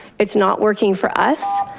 it's not working for us,